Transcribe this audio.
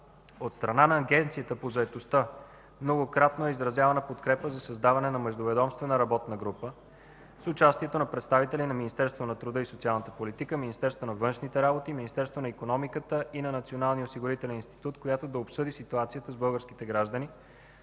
От страна на Агенцията по заетостта многократно е изразявана подкрепа за създаване на междуведомствена работна група с участието на представители на Министерство на труда и социалната политика, Министерство на външните работи, Министерство на икономиката и на Националния осигурителен институт, която да обсъди ситуацията с българските граждани,